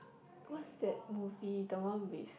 what's that movie the one with